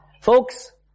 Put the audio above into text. Folks